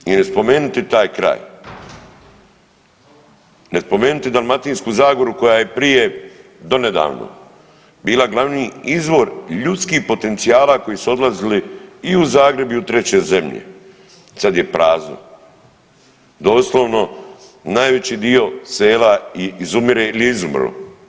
I ne spomenuti taj kraj, ne spomenuti Dalmatinsku zagora koja je prije donedavno bila glavni izvor ljudskih potencijala koji su odlazili i u Zagreb i u treće zemlje, sad je prazno, doslovno, najveći dio sela izumire ili je izumro.